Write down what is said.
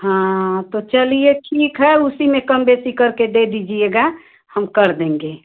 हाँ तो चलिए ठीक है उसी में कम बेशी करके दे दीजिएगा हम कर देंगे